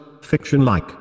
fiction-like